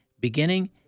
beginning